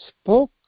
spoke